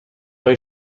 های